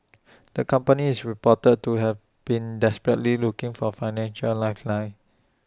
the company is reported to have been desperately looking for financial lifeline